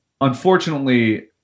unfortunately